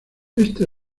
este